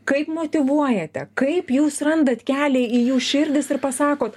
kaip motyvuojate kaip jūs randat kelią į jų širdis ir pasakot